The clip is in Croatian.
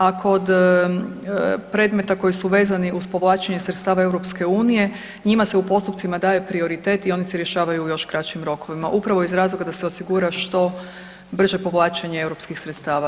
A kod predmeta koji su vezani uz povlačenje sredstava EU njima se u postupcima daje prioritet i oni se rješavaju u još kraćim rokovima, upravo iz razloga da se osigura što brže povlačenje europskih sredstava.